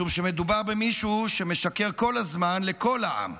משום שמדובר במישהו שמשקר כל הזמן לכל העם.